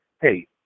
hey